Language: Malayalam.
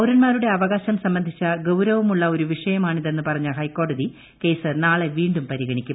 പൌരന്മാരുടെ അവകാശം സംബന്ധിച്ച ഗൌരവമുള്ള ഒരു വിഷയമാണിതെന്ന് പറഞ്ഞ ഹൈക്കോടതി കേസ് നാളെ വീണ്ടും പരിഗണിക്കും